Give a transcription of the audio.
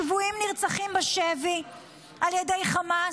שבויים נרצחים בשבי על ידי חמאס.